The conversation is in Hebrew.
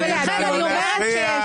לא להפריע.